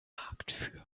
marktführer